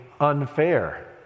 unfair